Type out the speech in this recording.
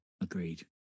agreed